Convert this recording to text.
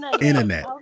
Internet